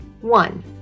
One